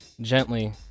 gently